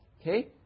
Okay